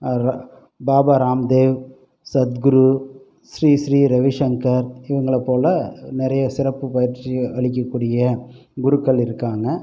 அவர்கள் பாபாராம் தேவ் சத்குரு ஸ்ரீ ஸ்ரீ ரவி ஷங்கர் இவங்களை போல் நிறைய சிறப்பு பயிற்சி அளிக்கக் கூடிய குருக்கள் இருக்கிறாங்க